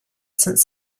since